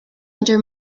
under